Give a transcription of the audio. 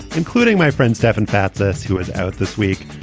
including my friend stefan fatsis, who is out this week.